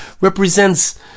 represents